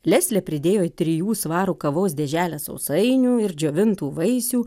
leslė pridėjo į trijų svarų kavos dėželę sausainių ir džiovintų vaisių